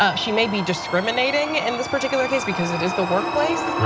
ah she may be discriminating in this particular case because it is the workplace